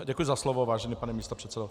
Děkuji za slovo, vážený pane místopředsedo.